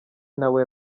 nawe